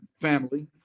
family